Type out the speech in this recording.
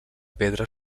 pedra